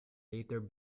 later